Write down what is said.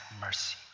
mercy